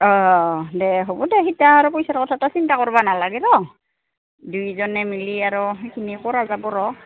অঁ অঁ অঁ দে হ'ব দে সিতা আৰু পইচাৰ কথা তই চিন্তা কৰিব নালাগে ৰ'হ দুইজনে মিলি আৰু সেইখিনি কৰা যাব ৰ'হ